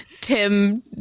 Tim